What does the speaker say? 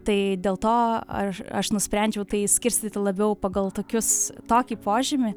tai dėl to aš aš nusprendžiau tai išskirstyti labiau pagal tokius tokį požymį